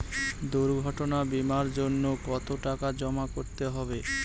দুর্ঘটনা বিমার জন্য কত টাকা জমা করতে হবে?